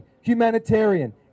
humanitarian